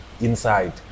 inside